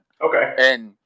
Okay